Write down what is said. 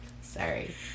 sorry